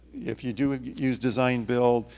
if you do use design-build,